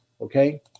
Okay